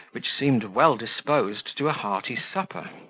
which seemed well disposed to a hearty supper.